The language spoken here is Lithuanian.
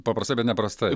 paprastai bet ne prastai